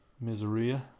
Miseria